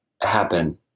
happen